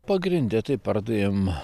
pagrinde tai pardavėm